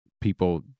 people